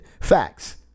facts